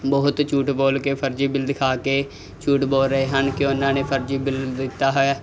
ਬਹੁਤ ਝੂਠ ਬੋਲ ਕੇ ਫਰਜ਼ੀ ਬਿੱਲ ਦਿਖਾ ਕੇ ਝੂਠ ਬੋਲ ਰਹੇ ਹਨ ਕਿ ਉਹਨਾਂ ਨੇ ਫਰਜ਼ੀ ਬਿੱਲ ਦਿੱਤਾ ਹੈ